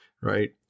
Right